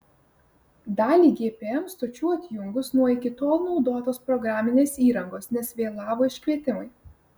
dalį gmp stočių atjungus nuo iki tol naudotos programinės įrangos nes vėlavo iškvietimai